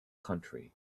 country